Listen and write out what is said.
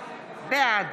בעד